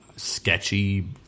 sketchy